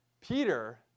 Peter